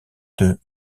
deux